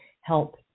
help